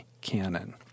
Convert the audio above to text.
Canon